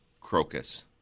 crocus